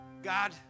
God